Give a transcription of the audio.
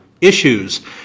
Issues